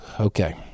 Okay